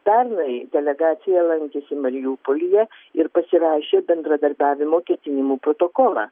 pernai delegacija lankėsi mariupolyje ir pasirašė bendradarbiavimo ketinimų protokolą